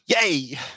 Yay